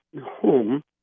home